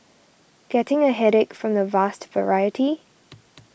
getting a headache from the vast variety